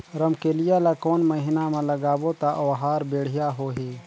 रमकेलिया ला कोन महीना मा लगाबो ता ओहार बेडिया होही?